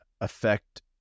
affect